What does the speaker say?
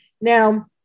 Now